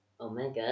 Omega